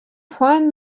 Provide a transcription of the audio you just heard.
find